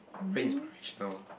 pretty inspirational